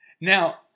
Now